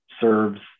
serves